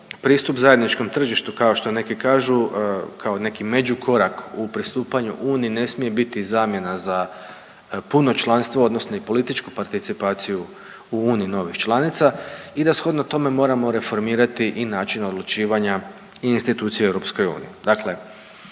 pristup zajedničkom tržištu, kao što neki kažu, kao neki međukorak u pristupanju Uniji ne smije biti zamjena za puno članstvo odnosno i političku participaciju u Uniji novih članova i da shodno tome moramo reformirati i način odlučivanja i institucije u EU.